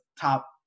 top